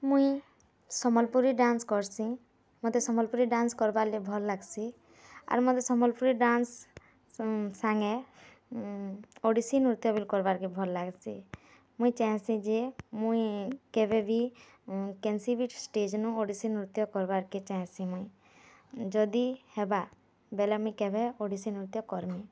ମୁଇଁ ସମଲ୍ପୁରୀ ଡ଼୍ୟାନ୍ସ୍ କର୍ସିଁ ମୋତେ ସମଲ୍ପୁରୀ ଡ଼୍ୟାନ୍ସ୍ କର୍ବାର୍ ଲାଗି ଭଲ୍ ଲାଗ୍ସି ଆର୍ ମୋତେ ସମଲ୍ପୁରୀ ଡ଼୍ୟାନ୍ସ୍ସାଙ୍ଗେ ଓଡ଼ିଶୀ ନୃତ୍ୟ ବି କର୍ବାରକେ ଭଲ୍ ଲାଗ୍ସି ମୁଇଁ ଚାହେଁସି ଯେ ମୁଇଁ କେବେ ବି କେନ୍ସି ବି ଷ୍ଟେଜ୍ ନୁ ଓଡ଼୍ଶୀ ନୃତ୍ୟ କର୍ବାରେ ଚାହିଁସି ମୁଇଁ ଯଦି ହେବା ବେଲେ ମୁଇଁ କେଭେ ଓଡ଼ିଶୀ ନୃତ୍ୟ କର୍ମି